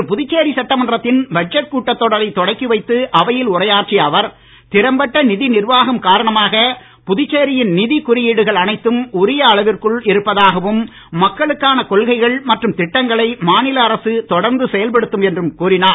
இன்று புதுச்சேரி சட்டமன்றத்தின் பட்ஜெட் கூட்டத்தொடரை தொடக்கி வைத்து அவையில் உரையாற்றிய அவர் திறம்பட்ட நிதி நிர்வாகம் காரணமாக புதுச்சேரியின் நிதிக் குறியீடுகள் அனைத்தும் உரிய அளவிற்குள் இருப்பதாகவும் மக்களுக்கான கொள்கைகள் மற்றும் திட்டங்களை மாநில அரசு தொடர்ந்து செயல்படுத்தும் என்றும் கூறினார்